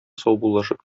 саубуллашып